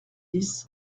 dix